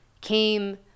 came